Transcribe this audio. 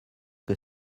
que